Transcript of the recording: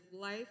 life